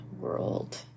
world